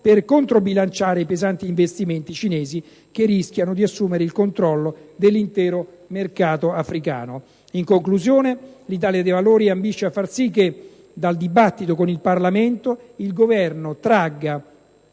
per controbilanciare i pesanti investimenti cinesi che rischiano di assumere il controllo dell'intero mercato africano. In conclusione, l'Italia dei Valori ambisce a far sì che, dal dibattito con il Parlamento, il Governo tragga